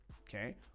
okay